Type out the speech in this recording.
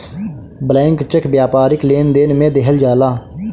blank cheque व्यापारिक लेनदेन में देहल जाला